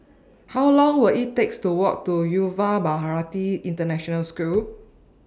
How Long Will IT Take to Walk to Yuva Bharati International School